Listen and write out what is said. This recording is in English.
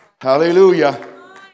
Hallelujah